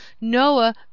Noah